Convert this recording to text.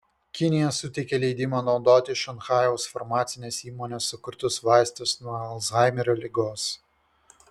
kinija suteikė leidimą naudoti šanchajaus farmacinės įmonės sukurtus vaistus nuo alzhaimerio ligos